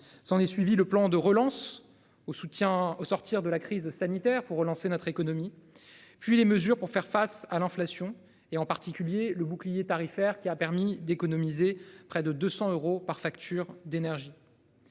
s'en est suivi, le plan de relance au soutien au sortir de la crise sanitaire pour relancer notre économie. Puis les mesures pour faire face à l'inflation et en particulier le bouclier tarifaire qui a permis d'économiser près de 200 euros par facture d'énergie.